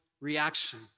reaction